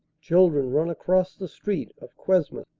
children run across the street of cuesmes.